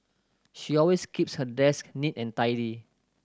she always keeps her desk neat and tidy